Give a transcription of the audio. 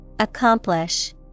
Accomplish